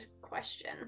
question